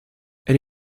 elle